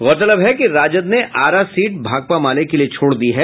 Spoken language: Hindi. गौरतलब है कि राजद ने आरा सीट भाकपा माले के लिये छोड़ दी है